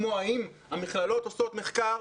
כמו האם המכללות עושות מחקר,